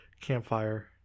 campfire